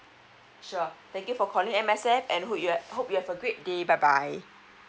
sure thank you for calling M_S_F and hope you have hope you have a great day bye bye